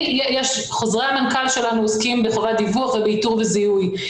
חוזרי המנכ"ל שלנו עוסקים בחובת דיווח ובאיתור וזיהוי.